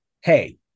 hey